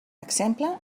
exemple